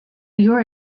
your